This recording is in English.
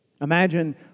Imagine